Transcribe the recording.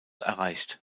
erreicht